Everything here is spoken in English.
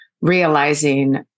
realizing